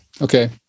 Okay